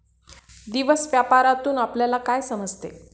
दिवस व्यापारातून आपल्यला काय समजते